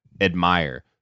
admire